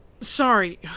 Sorry